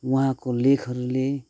उहाँको लेखहरूले